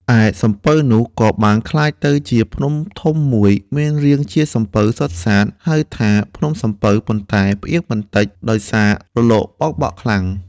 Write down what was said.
ឯសំពៅនោះ ក៏បានក្លាយទៅជាភ្នំធំមួយ មានរាងជាសំពៅសុទ្ធសាធ ហៅថា ភ្នំសំពៅ ប៉ុន្តែផ្អៀងបន្តិចដោយសាររលកបោកបក់ខ្លាំង។